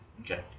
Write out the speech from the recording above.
Okay